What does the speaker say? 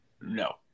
No